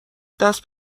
دست